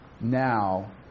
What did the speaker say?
now